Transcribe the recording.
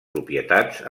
propietats